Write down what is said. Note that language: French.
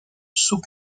sous